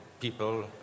people